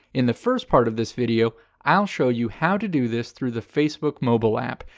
in the first part of this video i'll show you how to do this through the facebook mobile app,